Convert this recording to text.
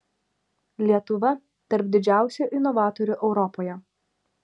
lietuva tarp didžiausių inovatorių europoje